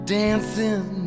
dancing